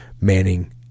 manning